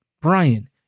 Brian